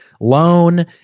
loan